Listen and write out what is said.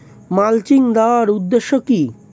Mulching দেওয়ার উদ্দেশ্য কি?